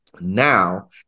now